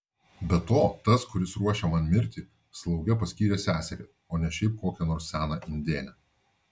be to tas kuris ruošia man mirtį slauge paskyrė seserį o ne šiaip kokią nors seną indėnę